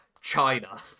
China